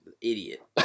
idiot